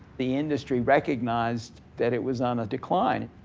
the industry recognized that it was on a decline.